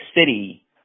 city